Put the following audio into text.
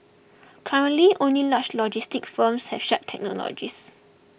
currently only large logistics firms have such technologies